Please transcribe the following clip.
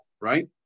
right